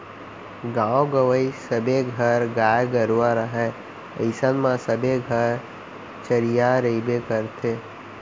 गॉंव गँवई सबे घर गाय गरूवा रहय अइसन म सबे घर चरिहा रइबे करथे